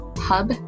Hub